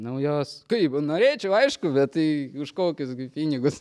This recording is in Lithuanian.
naujos kaip norėčiau aišku bet tai už kokius gi pinigus